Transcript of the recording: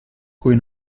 cui